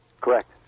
Correct